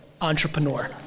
entrepreneur